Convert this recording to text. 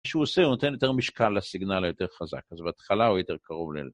מה שהוא עושה הוא נותן יותר משקל לסיגנל היותר חזק, אז בהתחלה הוא יותר קרוב ל...